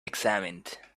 examined